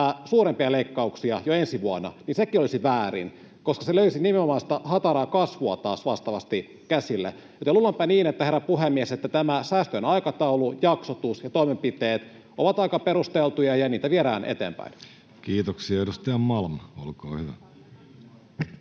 suurempia leikkauksia jo ensi vuonna, sekin olisi väärin, koska se löisi nimenomaan sitä hataraa kasvua taas vastaavasti käsille. Luulenpa niin, herra puhemies, että säästöjen aikataulu, jaksotus ja toimenpiteet ovat aika perusteltuja, ja niitä viedään eteenpäin. Kiitoksia. — Edustaja Malm, olkaa hyvä.